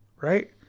right